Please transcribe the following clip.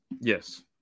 Yes